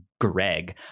Greg